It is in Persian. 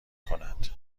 کند